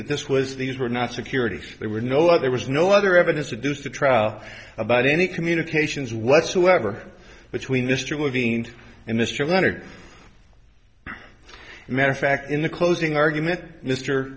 that this was these were not securities there were no there was no other evidence the deuce the trial about any communications whatsoever between mr levine and mr leonard and matter of fact in the closing argument mr